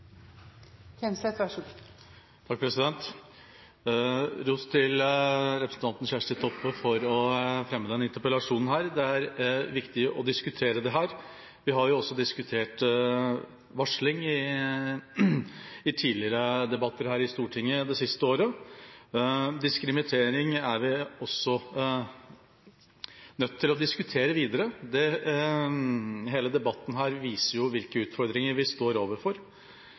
Kjersti Toppe for å fremme denne interpellasjonen. Det er viktig å diskutere dette. Vi har også diskutert varsling i tidligere debatter her i Stortinget det siste året. Diskriminering er vi også nødt til å diskutere videre. Hele debatten her viser jo hvilke utfordringer vi står overfor.